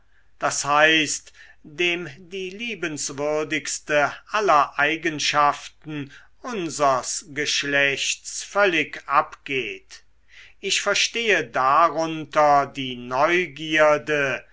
d h dem die liebenswürdigste aller eigenschaften unsers geschlechts völlig abgeht ich verstehe darunter die neugierde